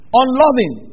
unloving